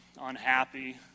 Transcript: unhappy